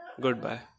Goodbye